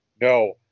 no